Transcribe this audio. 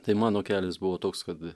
tai mano kelias buvo toks kad